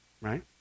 Right